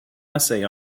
essay